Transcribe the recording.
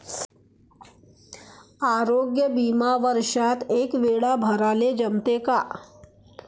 आरोग्य बिमा वर्षात एकवेळा भराले जमते का?